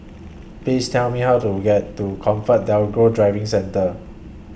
Please Tell Me How to get to ComfortDelGro Driving Centre